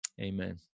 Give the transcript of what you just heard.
Amen